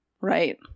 Right